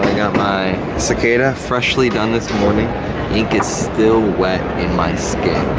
my cicada, freshly done this morning, ink is still wet in my skin,